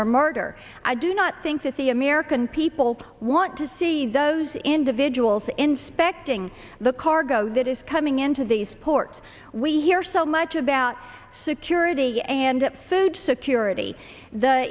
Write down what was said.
or martyr i do not think that the american people want to see those individuals inspecting the cargo that is coming into these ports we hear so much about security and food security the